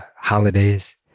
holidays